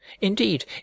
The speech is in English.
indeed